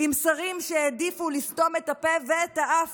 עם שרים שהעדיפו לסתום את הפה ואת האף